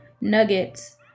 nuggets